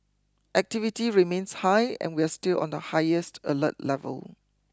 activity remains high and we are still on the highest alert level